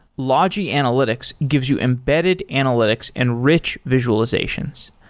logi analytics gives you embedded analytics and rich visualizations.